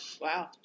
wow